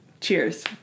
cheers